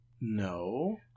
No